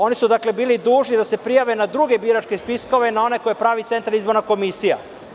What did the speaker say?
Oni su dakle bili dužni da se prijave na druge biračke spiskove, na one koje pravi Centralna izborna komisija.